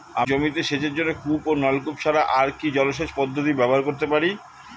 আমি জমিতে সেচের জন্য কূপ ও নলকূপ ছাড়া আর কি জলসেচ পদ্ধতি ব্যবহার করতে পারি?